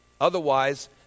Otherwise